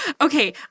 okay